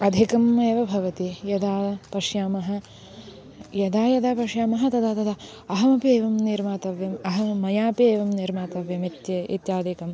अधिकम् एव भवति यदा पश्यामः यदा यदा पश्यामः तदा तदा अहमपि एवं निर्मातव्यम् अहं मयापि एवं निर्मातव्यमित्येवम् इत्यादिकं